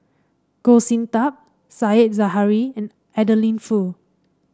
Goh Sin Tub Said Zahari and Adeline Foo